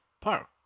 park